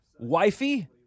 Wifey